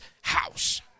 house